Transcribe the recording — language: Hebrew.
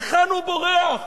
היכן הוא בורח?